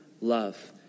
love